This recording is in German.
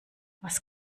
was